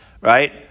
Right